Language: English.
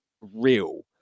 real